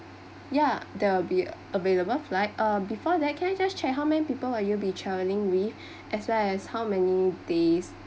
yeah there will be available flight uh before that can I just check how many people are you'll be travelling with as well as how many days